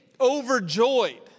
overjoyed